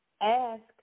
ask